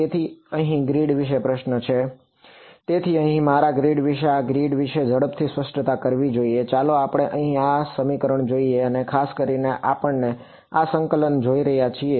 તેથી અહીં ગ્રીડ વિશે પ્રશ્ન છે તેથી અહીં મારા ગ્રીડ વિશે આ ગ્રીડ વિશે ઝડપી સ્પષ્ટતા કરવી જોઈએ ચાલો આપણે અહીં આ સમીકરણ જોઈએ અને ખાસ કરીને આપણે આ સંકલનને જોઈ રહ્યા છીએ